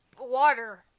water